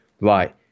right